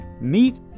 meet